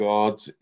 God's